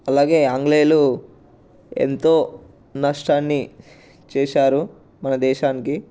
అలాగే ఆంగ్లేయులు ఎంతో నష్టాన్ని చేశారు మన దేశానికి